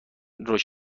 مونس